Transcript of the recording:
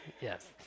Yes